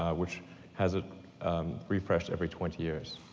ah which has a refresh every twenty years.